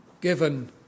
given